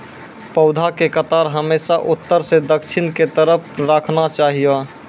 पौधा के कतार हमेशा उत्तर सं दक्षिण के तरफ राखना चाहियो